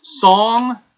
song